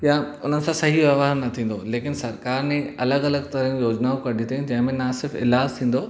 या उन सां सही व्यवहार न थींदो लेकिन सरकार ने अलॻि अलॻि तरहियूं योजनाऊं कढी अथईं जंहिंमें न सिर्फ़ु इलाजु थींदो